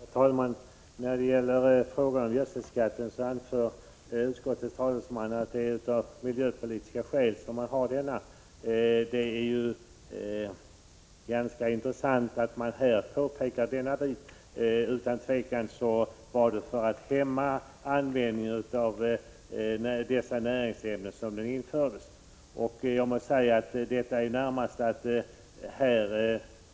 Herr talman! När det gäller frågan om gödselskatten anför utskottets talesman att det är av miljöpolitiska skäl man har denna. Det är ganska intressant att man påpekar detta här. Utan tvivel var det för att hämma användningen av dessa näringsämnen som den infördes. Jag måste säga att detta närmast är att